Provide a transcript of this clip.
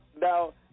Now